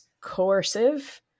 coercive